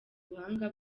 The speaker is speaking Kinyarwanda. ubuhanga